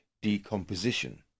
decomposition